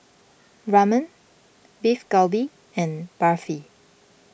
Ramen Beef Galbi and Barfi